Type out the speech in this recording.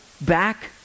back